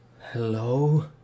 Hello